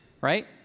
right